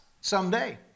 someday